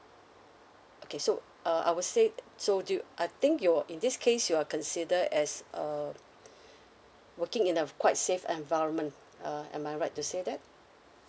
okay so uh I would say so do you I think you are in this case you are consider as a working in a quite safe environment uh am I right to say that